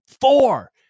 Four